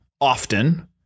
often